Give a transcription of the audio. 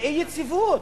לאי-יציבות,